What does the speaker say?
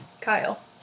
Kyle